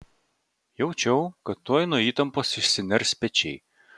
jaučiau kad tuoj nuo įtampos išsiners pečiai